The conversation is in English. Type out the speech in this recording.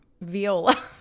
Viola